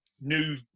new